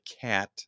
cat